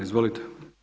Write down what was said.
Izvolite.